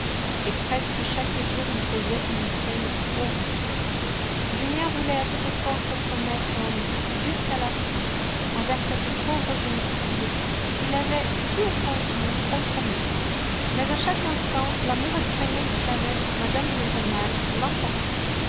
et presque chaque jour lui faisait une scène horrible julien voulait à toute force être honnête homme jusqu'à la fin envers cette pauvre jeune fille qu'il avait si étrangement compromise mais à chaque instant l'amour effréné qu'il avait pour mme de rênal l'emportait